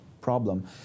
problem